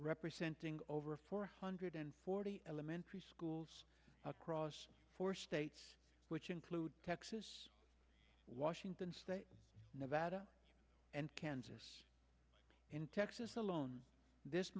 representing over four hundred forty elementary schools across four states which include texas washington state nevada and kansas in texas alone this